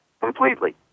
completely